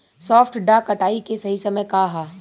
सॉफ्ट डॉ कटाई के सही समय का ह?